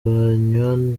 banywa